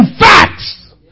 facts